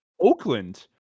Oakland